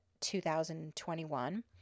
2021